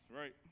right